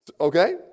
Okay